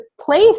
place